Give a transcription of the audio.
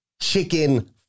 chicken